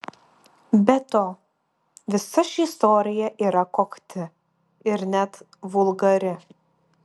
be to visa ši istorija yra kokti ir net vulgari